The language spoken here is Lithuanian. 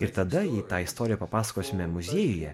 ir tada jei tą istoriją papasakosime muziejuje